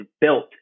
built